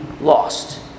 lost